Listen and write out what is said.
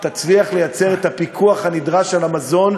תצליח ליצור את הפיקוח הנדרש על המזון,